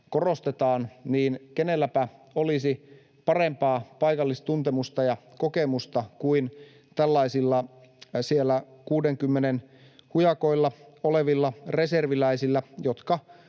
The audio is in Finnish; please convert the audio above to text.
niin kenelläpä olisi parempaa paikallistuntemusta ja kokemusta kuin tällaisilla siellä kuudenkymmenen hujakoilla olevilla reserviläisillä, jotka